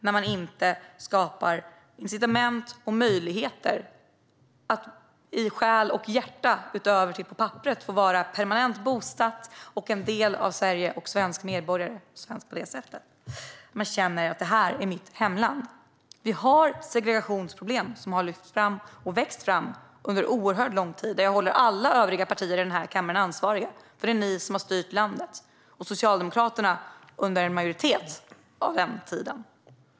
Ni skapar inga incitament eller möjligheter så att dessa personer i själ och hjärta, och inte bara på papperet, får vara permanent bosatta, vara en del av Sverige och vara svenska medborgare - vara svenskar på ett sätt som gör att de känner att detta är deras hemland. Sverige har segregationsproblem, vilka har lyfts fram och vuxit fram under oerhört lång tid. Där håller jag alla övriga partier i kammaren ansvariga, för det är ni alla som har styrt landet. Socialdemokraterna har gjort det under en majoritet av den tiden.